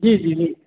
जी जी जी